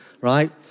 right